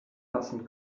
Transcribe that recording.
passend